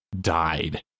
died